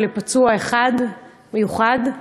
ולפצוע אחד מיוחד.